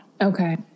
Okay